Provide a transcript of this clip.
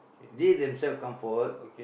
they themselves come forward